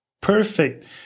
Perfect